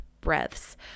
breaths